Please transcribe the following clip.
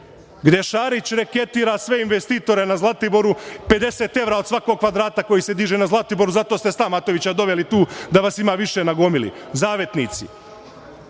gde Šarić reketira sve investitore na Zlatiboru. Pedeset evra od svakog kvadrata koji se diže na Zlaltiboru. Zato ste Stamatovića doveli tu, da vas ima više na gomili, Zavetnici. Koga